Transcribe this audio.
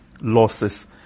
losses